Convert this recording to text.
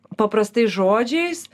paprastais žodžiais